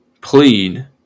plead